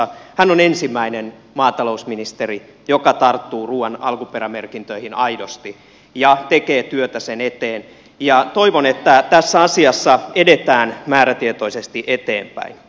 hän on ensimmäinen maatalousministeri joka tarttuu ruuan alkuperämerkintöihin aidosti ja tekee työtä sen eteen ja toivon että tässä asiassa edetään määrätietoisesti eteenpäin